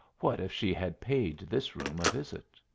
what if she had paid this room a visit?